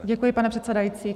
Děkuji, pane předsedající.